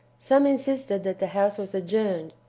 some insisted that the house was adjourned,